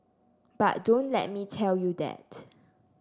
but don't let me tell you that